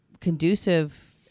conducive